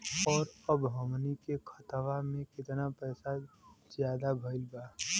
और अब हमनी के खतावा में कितना पैसा ज्यादा भईल बा?